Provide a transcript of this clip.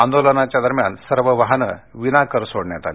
आन्दोलनाच्या दरम्यान सर्व वाहने विना कर सोडण्यात आली